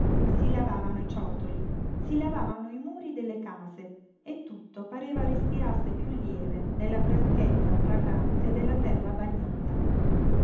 si lavavano i ciottoli si lavavano i muri delle case e tutto pareva respirasse piú lieve nella freschezza fragrante della terra bagnata